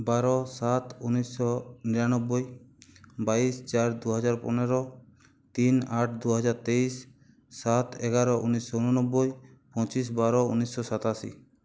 বারো সাত ঊনিশশো নিরানব্বই বাইশ চার দু হাজার পনেরো তিন আট দু হাজার তেইশ সাত এগারো ঊনিশশো উননব্বই পঁচিশ বারো ঊনিশশো সাতাশি